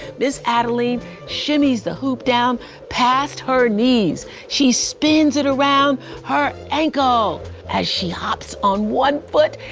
miz adeline shimmies the hoop down past her knees. she spins it around her ankle as she hops on one foot,